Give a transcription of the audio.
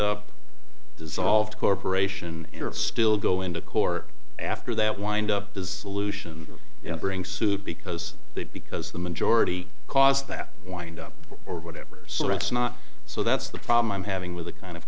up dissolved corporation and still go into court after that wind up does solution you know bring suit because they because the majority cause that wind up or whatever so that's not so that's the problem i'm having with the kind of